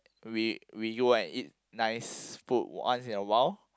we we go out and eat nice food once in a while